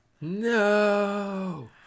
No